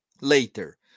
later